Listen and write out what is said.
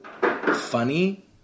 funny